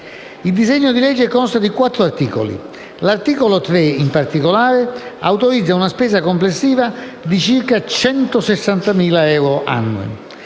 Il disegno di legge consta di quattro articoli. L'articolo 3, in particolare, autorizza una spesa complessiva di circa 160.000 euro annui.